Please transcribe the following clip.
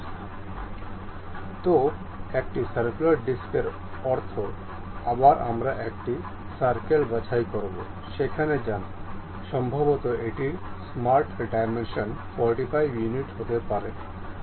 সুতরাং একটি circular disc এর অর্থ আবার আমরা একটি সার্কেল বাছাই করব সেখানে যান সম্ভবত এটির স্মার্ট ডাইমেনশন্স 45 ইউনিট হতে পারে সম্পন্ন হল